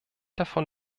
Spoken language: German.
davon